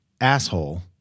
asshole